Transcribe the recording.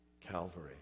Calvary